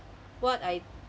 what I